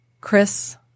chris